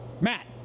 Matt